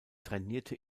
trainierte